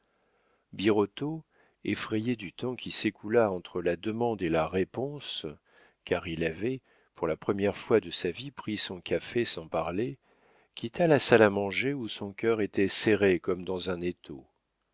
birotteau effrayé du temps qui s'écoula entre la demande et la réponse car il avait pour la première fois de sa vie pris son café sans parler quitta la salle à manger où son cœur était serré comme dans un étau